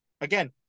again